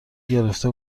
گرفته